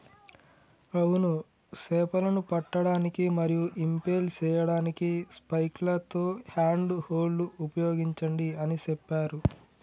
అవును సేపలను పట్టడానికి మరియు ఇంపెల్ సేయడానికి స్పైక్లతో హ్యాండ్ హోల్డ్ ఉపయోగించండి అని సెప్పారు